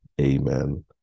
Amen